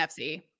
FC